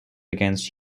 against